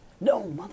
No